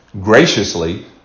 Graciously